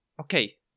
Okay